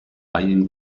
eyeing